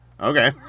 Okay